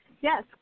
yes